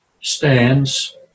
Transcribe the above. stands